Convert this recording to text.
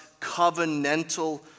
covenantal